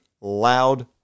loud